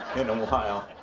in a while,